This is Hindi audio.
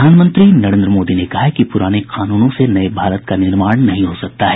प्रधानमंत्री नरेन्द्र मोदी ने कहा है कि पुराने कानूनों से नये भारत का निर्माण नहीं हो सकता है